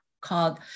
called